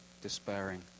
despairing